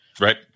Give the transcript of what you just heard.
right